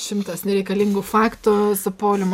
šimtas reikalingų faktų su paulium